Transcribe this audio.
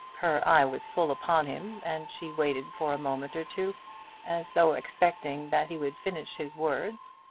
her eye was full upon him, and she waited for a moment or two as though expecting that he would finish his words.